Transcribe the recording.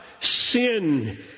sin